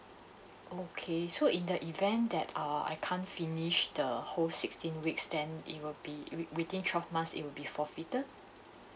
okay so in the event that err I can't finish the whole sixteen weeks then it will be with within twelve months it will be forfeited